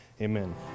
Amen